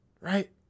right